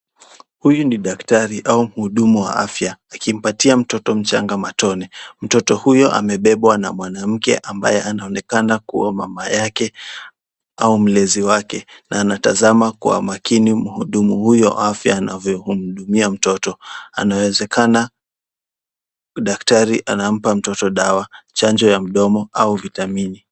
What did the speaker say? Huyu ni daktari au mhudumu wa afya, akimpatia mtoto matone. Mtoto huyo amebebwa na mwanamke ambaye anaonekana kuwa mama yake au mlezi wake, na anatazama kwa makini mhudumu huyo wa afya anavyomhudumia. Anawezekana daktari anampa mtoto dawa, chanjo ya mdomo au vitamini.